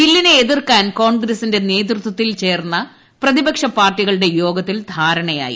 ബില്ലിനെ എതിർക്കാൻ കോൺഗ്രസിന്റെ നേതൃത്വത്തിൽ ചേർന്ന പ്രതിപക്ഷപാർട്ടികളുടെ യോഗത്തിൽ ധാരണയായി